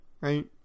right